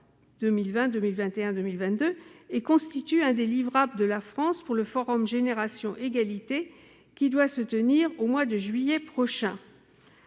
2020 à 2022 -et constitue un des « livrables » de la France pour le forum « Génération égalité » qui doit se tenir au mois de juillet prochain.